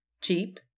cheap